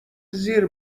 زیر